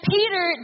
Peter